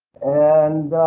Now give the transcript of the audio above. and